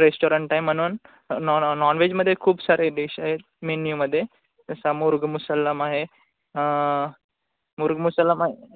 restaurant आहे म्हनून non non नॉनव्हेजमध्ये खूप सारे डिश आहेत मेन्यूमध्ये जसा मुर्ग मुसल्लम आहे मुर्ग मुसल्लम आहे